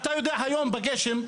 היום בגשם,